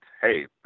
hey